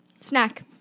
snack